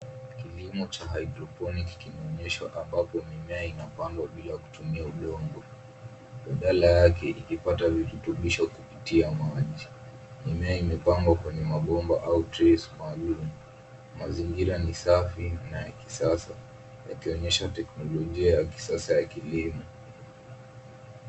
Kilimo cha hydroponics kimeonyeshwa ambapo mimea inapandwa bila kutumia udongo, badala yake ikipata virutubisho kupitia maji .Mimea imepandwa kwenye mabomba au trays maalum. Mazingira ni safi na ya kisasa, yakionyesha teknolojia ya kisasa ya kilimo.